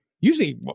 usually